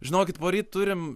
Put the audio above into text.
žinokit poryt turim